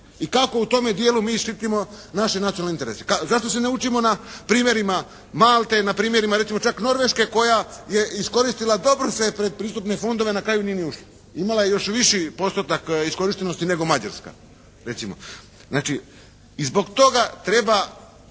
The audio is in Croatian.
I kako u tome dijelu mi štitimo naše nacionalne interese? Zašto se ne učimo na primjerima Malte, na primjerima recimo čak Norveške koja je iskoristila dobro sve predpristupne fondove, na kraju nije ni ušla. Imala je još viši postotak iskorištenosti nego Mađarska recimo. Znači i zbog toga treba